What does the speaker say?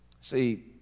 See